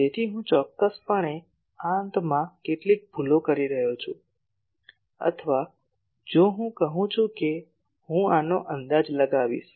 તેથી હું ચોક્કસપણે આ અંતમાં કેટલીક ભૂલો કરી રહ્યો છું અથવા જો હું કહું છું કે હું આનો અંદાજ લગાવીશ